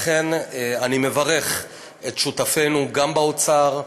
לכן אני מברך את שותפינו, גם באוצר,